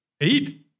Eight